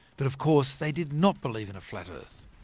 but of course they did not believe in a flat earth.